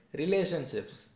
relationships